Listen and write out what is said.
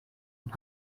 und